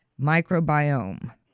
microbiome